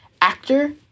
Actor